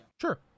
Sure